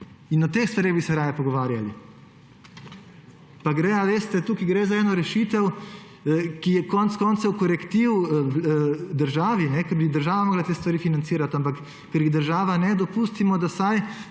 In o teh stvareh bi se raje pogovarjali. Tukaj gre za eno rešitev, ki je konec koncev korektiv državi, ker bi država morala te stvari financirati, ampak ker jih država ne, dopustimo, da vsaj